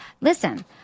Listen